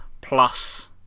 plus